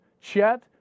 Chet